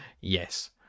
Yes